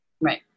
Right